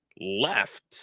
left